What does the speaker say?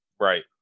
Right